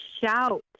shout